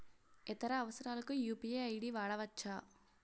ఇతర అవసరాలకు UPI ID వాడవచ్చా?